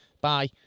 Bye